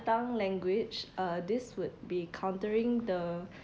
tongue language uh this would be countering the